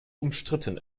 umstritten